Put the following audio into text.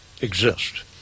exist